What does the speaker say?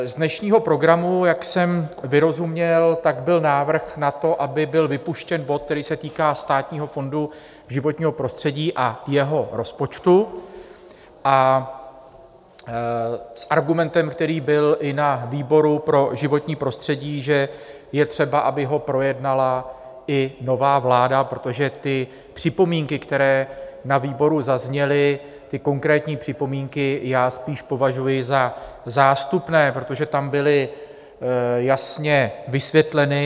Z dnešního programu, jak jsem vyrozuměl, byl návrh na to, aby byl vypuštěn bod, který se týká Státního fondu životního prostředí a jeho rozpočtu s argumentem, který byl i na výboru pro životní prostředí, že je třeba, aby ho projednala i nová vláda, protože ty připomínky, které na výboru zazněly, ty konkrétní připomínky spíše považuji za zástupné, protože tam byly jasně vysvětleny.